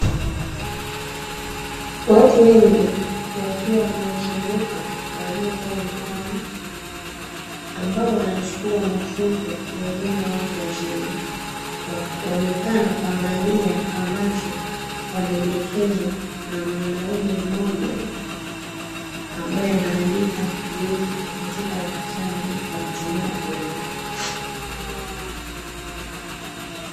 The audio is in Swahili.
Watu wengi wakiwa wamewazunguka waliokuwa wamekaa, ambao wanachukua mafunzo ya elimu ya watu wazima. Wamekaa na kuangalia ambacho wanaelekezwa na mwanamume mmoja ambaye anaandika vtiu katika daftari kwa kutumia peni.